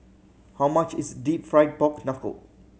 how much is Deep Fried Pork Knuckle